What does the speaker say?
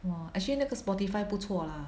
!wah! actually 那个 Spotify 不错 lah